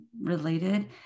related